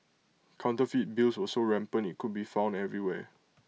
counterfeit bills were so rampant IT could be found everywhere